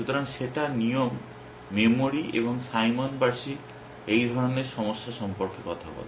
সুতরাং সেটা নিয়ম মেমরি এবং সাইমন বার্ষিক এই ধরনের সমস্যা সম্পর্কে কথা বলে